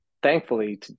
Thankfully